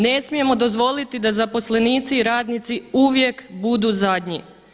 Ne smijemo dozvoliti da zaposlenici i radnici uvijek budu zadnji.